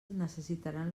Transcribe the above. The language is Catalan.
necessitaran